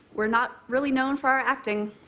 we're not really known for our acting.